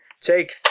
Take